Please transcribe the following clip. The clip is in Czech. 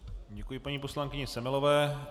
Děkuji paní poslankyni Semelové.